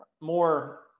more